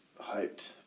hyped